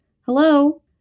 Hello